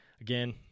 again